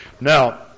Now